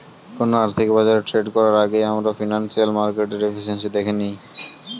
কোনো আর্থিক বাজারে ট্রেড করার আগেই আমরা ফিনান্সিয়াল মার্কেটের এফিসিয়েন্সি দ্যাখে নেয়